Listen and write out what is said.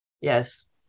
Yes